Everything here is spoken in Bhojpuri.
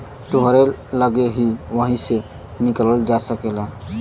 तोहरे लग्गे हौ वही से निकालल जा सकेला